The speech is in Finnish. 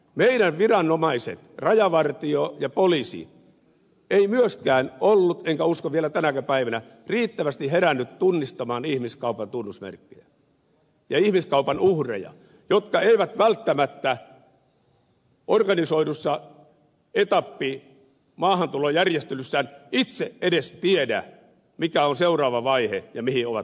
meidän viranomaisemme rajavartio ja poliisi eivät myöskään olleet enkä usko vielä tänäkään päivänä riittävästi heränneet tunnistamaan ihmiskaupan tunnusmerkkejä ja ihmiskaupan uhreja jotka eivät välttämättä organisoidussa etappimaahantulojärjestelyssään itse edes tiedä mikä on seuraava vaihe ja mihin ovat päätymässä